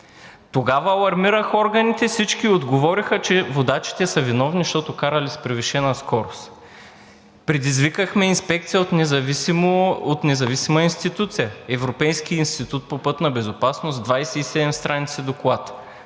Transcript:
Тогава алармирах органите и всички отговориха, че водачите са виновни, защото карали с превишена скорост. Предизвикахме инспекция от независима институция – Европейският институт по пътна безопасност – 27 страници доклад.